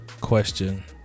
question